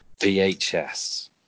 VHS